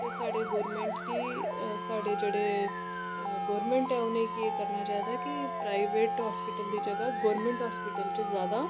ते साढ़े गोरमेंट गी साढ़े जेह्ड़े गोरमैंट ऐ उनेंगी एह् करना चाहिदा कि जेह्ड़े प्राइवेट हास्पिटल दी जगह् गोरमैंट हास्पिटल च ज़्यादा